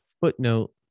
footnote